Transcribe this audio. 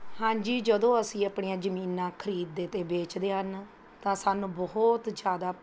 ਹਾਂਜੀ ਜਦੋਂ ਅਸੀਂ ਆਪਣੀਆਂ ਜਮੀਨਾਂ ਖਰੀਦਦੇ ਅਤੇ ਵੇਚਦੇ ਹਨ ਤਾਂ ਸਾਨੂੰ ਬਹੁਤ ਜ਼ਿਆਦਾ